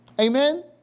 Amen